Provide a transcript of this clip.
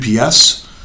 UPS